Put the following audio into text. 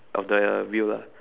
of the wheel lah